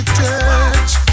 touch